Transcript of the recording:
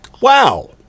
Wow